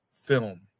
film